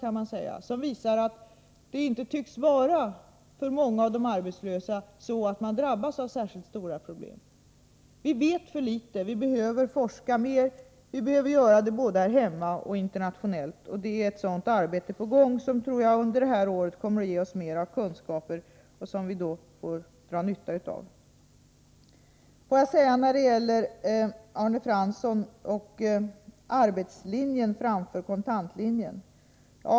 De visar att många av de arbetslösa inte tycks drabbas av särskilt stora problem. Vi vet för litet. Vi behöver forska mer, både här hemma och internationellt. Det är ett sådant arbete på gång. Jag tror att det under det här året kommer att ge oss mer kunskaper, som vi då får dra nytta av. Arne Fransson talade om arbetslinjen framför kontantlinjen.